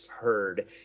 heard